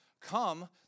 come